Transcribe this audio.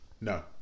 No